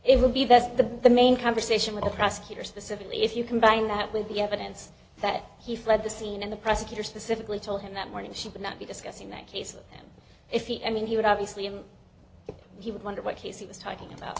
it would be best to the main conversation with the prosecutor specifically if you combine that with the evidence that he fled the scene and the presenter specifically told him that morning she would not be discussing that case if you i mean he would obviously i'm he would wonder what casey was talking about